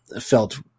felt